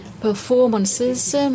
performances